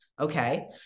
Okay